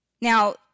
Now